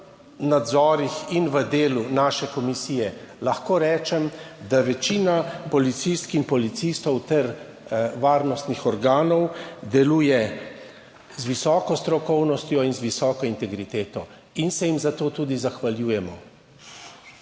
nadzorih in v delu naše komisije, lahko rečem, da večina policistk in policistov ter varnostnih organov deluje z visoko strokovnostjo in z visoko integriteto in se jim za to tudi zahvaljujemo.